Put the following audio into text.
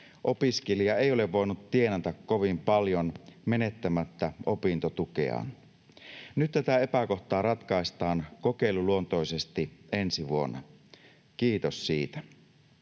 opiskelija ei ole voinut tienata kovin paljon menettämättä opintotukeaan. Nyt tätä epäkohtaa ratkaistaan kokeiluluontoisesti ensi vuonna, kiitos siitä.